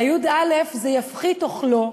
יו"ד-אל"ף זה: יפחית אוכלו,